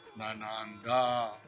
nananda